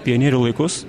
pionierių laikus